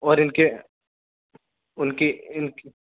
اور ان کے ان کی ان کی